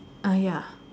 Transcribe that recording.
ah ya